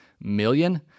million